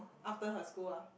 after her school ah